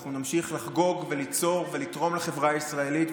אנחנו נמשיך לחגוג וליצור ולתרום לחברה הישראלית,